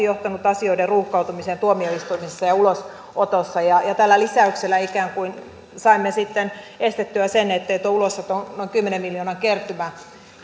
johtanut asioiden ruuhkautumiseen tuomioistuimissa ja ulosotossa tällä lisäyksellä ikään kuin saimme sitten estettyä sen ettei tuo ulosoton noin kymmenen miljoonan kertymä